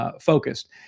focused